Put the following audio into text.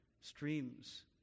streams